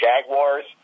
Jaguars